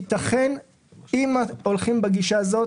אם כבר הולכים בגישה הזאת